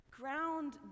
ground